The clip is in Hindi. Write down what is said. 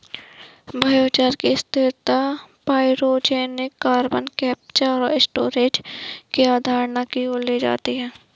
बायोचार की स्थिरता पाइरोजेनिक कार्बन कैप्चर और स्टोरेज की अवधारणा की ओर ले जाती है